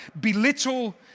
belittle